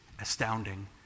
astounding